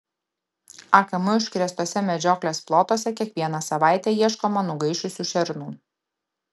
akm užkrėstuose medžioklės plotuose kiekvieną savaitę ieškoma nugaišusių šernų